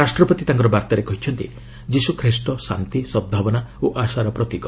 ରାଷ୍ଟ୍ରପତି ତାଙ୍କ ବାର୍ତ୍ତାରେ କହିଛନ୍ତି ଯୀଶୁଖ୍ରୀଷ୍ଟ ଶାନ୍ତିସଦ୍ଭାବନା ଓ ଆଶାର ପ୍ରତୀକ